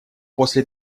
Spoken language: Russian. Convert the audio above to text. после